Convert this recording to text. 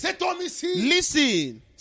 listen